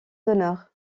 d’honneur